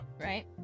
Right